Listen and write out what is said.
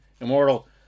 immortal